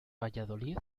valladolid